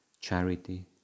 charity